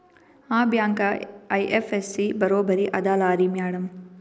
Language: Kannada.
ಆ ಬ್ಯಾಂಕ ಐ.ಎಫ್.ಎಸ್.ಸಿ ಬರೊಬರಿ ಅದಲಾರಿ ಮ್ಯಾಡಂ?